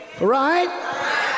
Right